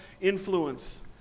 influence